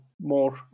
more